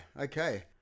Okay